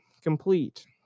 complete